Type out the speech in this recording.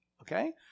Okay